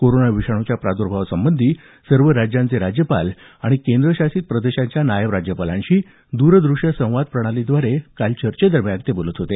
corona विषाणूच्या प्रादुर्भावासंबंधी सर्व राज्यांचे राज्यपाल आणि केंद्रशासित प्रदेशांच्या नायब राज्यपालांशी दूरदृश्य संवाद प्रणालीद्वारे चर्चेदरम्यान ते बोलत होते